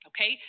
Okay